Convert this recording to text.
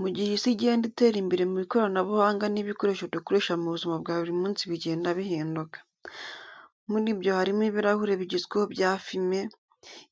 Mu gihe isi igenda itera imbere mu ikoranabuhanga n’ibikoresho dukoresha mu buzima bwa buri munsi bigenda bihinduka. Muri byo harimo ibirahure bigezweho bya fime.